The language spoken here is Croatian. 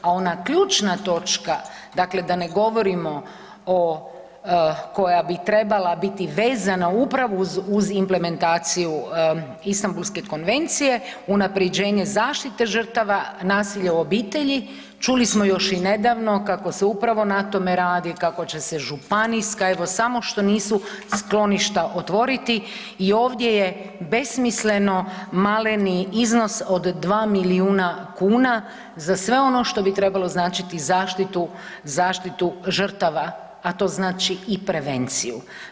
A ona ključna točka, dakle da ne govorimo o koja bi trebala biti vezano upravo uz implementaciju Istambulske konvencije, unaprjeđenje zaštite žrtava nasilja u obitelji, čuli smo još i nedavno, kako se upravo na tome radi, kako će se županijska, evo, samo što nisu, skloništa otvoriti i ovdje je besmisleno maleni iznos od 2 milijuna kuna za sve ono što bi trebalo značiti zaštitu žrtava, a to znači i prevenciju.